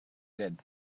good